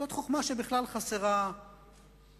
זאת חוכמה שבכלל חסרה במדינתנו.